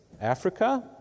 Africa